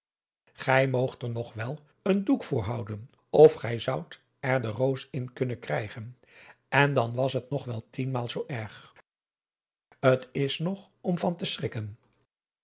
gij moogt er nog wel een doek voor houden of gij zoudt er de roos in kunnen krijgen en dan was het nog wel tienmaal zoo erg t is nog om van te schrikken